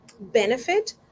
benefit